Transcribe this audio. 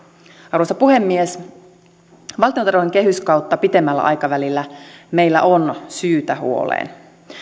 arvoisa puhemies valtiontalouden kehyskautta pitemmällä aikavälillä meillä on syytä huoleen